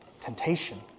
temptation